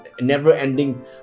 never-ending